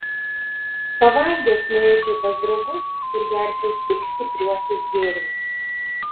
pavalgęs nueičiau pas draugus ir gerčiau tik stipriuosius gėrimus